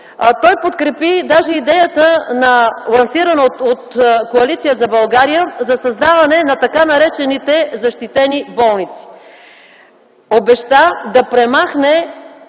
Той подкрепи даже идеята, лансирана от Коалиция за България, за създаване на така наречените защитени болници. Обеща да премахне